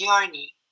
journey